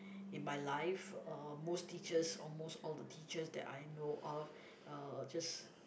in my life uh most teachers almost all the teachers that I know of uh just